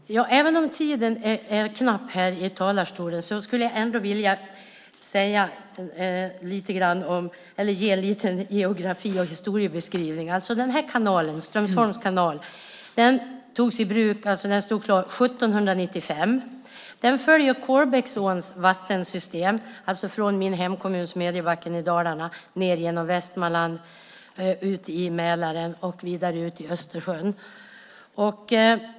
Fru talman! Även om tiden är knapp här i talarstolen skulle jag vilja ge en liten geografi och historiebeskrivning. Strömsholms kanal stod klar och togs i bruk 1795. Den följer Kolbäcksåns vattensystem från min hemkommun Smedjebacken i Dalarna, ned genom Västmanland, ut i Mälaren och vidare ut i Östersjön.